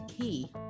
Key